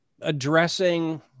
addressing